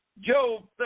Job